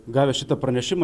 gavę šitą pranešimą